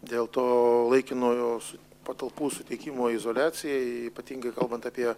dėl to laikino jos patalpų suteikimo izoliacijai ypatingai kalbant apie